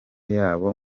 yabo